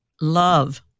love